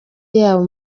yabo